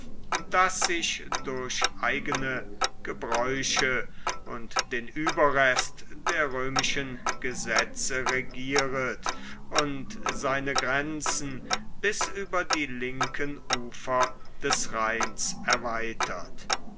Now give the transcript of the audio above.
das sich durch eigene gebräuche und den ueberrest der römischen gesetze regiert und seine grenzen bis über die linken ufer des rheins erweitert